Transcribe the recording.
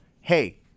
Hey